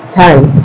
time